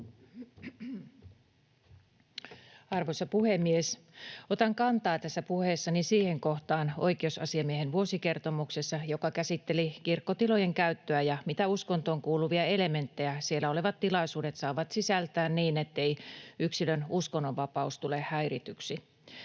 Arvoisa puhemies! Otan kantaa tässä puheessani siihen kohtaan oikeusasiamiehen vuosikertomuksessa, joka käsitteli kirkkotilojen käyttöä ja mitä uskontoon kuuluvia elementtejä siellä olevat tilaisuudet saavat sisältää niin, ettei yksilön uskonnonvapaus tule häirityksi.